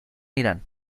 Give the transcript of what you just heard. irán